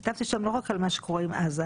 כתבתי שם לא רק על מה שקורה עם עזה,